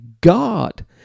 god